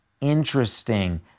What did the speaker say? interesting